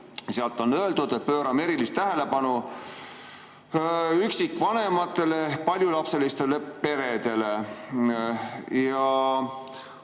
Seal on öeldud, et pöörame erilist tähelepanu üksikvanematele ja paljulapselistele peredele.